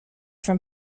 from